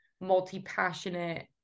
multi-passionate